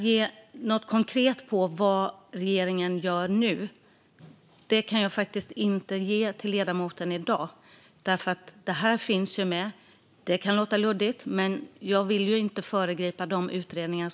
Dock kan jag inte i dag säga något konkret om vad regeringen gör, för jag vill inte föregripa pågående utredningar.